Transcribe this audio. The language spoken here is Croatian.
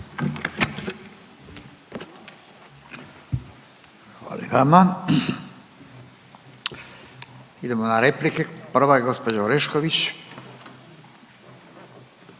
Hvala i vama. Idemo na replike, prva je gospođa Orešković.